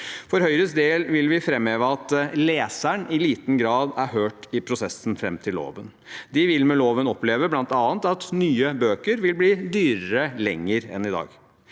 For Høyres del vil vi framheve at leseren i liten grad er hørt i prosessen fram til loven. De vil med loven bl.a. oppleve at nye bøker vil bli dyrere i en lengre